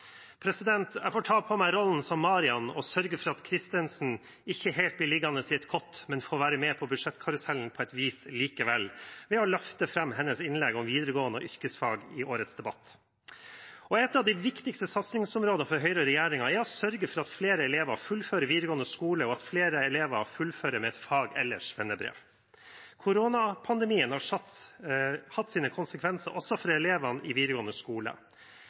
Jeg får ta på meg rollen som Marian og sørge for at Kristensen ikke helt blir liggende i et kott, men får være med på budsjettkarusellen på et vis likevel, ved å løfte fram hennes innlegg om videregående og yrkesfag i årets debatt. Et av de viktigste satsingsområdene for Høyre og regjeringen er å sørge for at flere elever fullfører videregående skole, og at flere elever fullfører med et fag- eller svennebrev. Koronapandemien har hatt sine konsekvenser også for elevene i videregående skole.